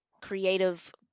creative